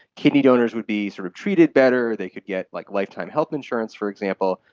kidney donors would be sort of treated better, they could get like lifetime health insurance, for example,